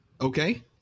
okay